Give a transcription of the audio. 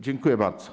Dziękuję bardzo.